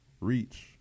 Reach